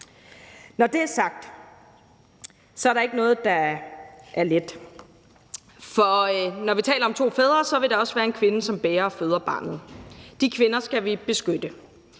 Når det er sagt, så er der ikke noget, der er let, for når vi taler om to fædre, vil der også være en kvinde, som bærer og føder barnet, og de kvinder skal vi beskytte.